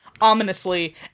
ominously